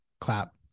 clap